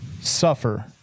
Suffer